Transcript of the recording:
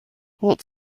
what